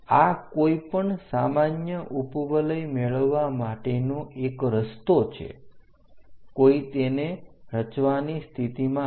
આ કોઈ પણ સામાની ઉપવલય મેળવવા માટેનો એક રસ્તો છે કોઈ તેને રચવાની સ્થિતિમાં હશે